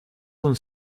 son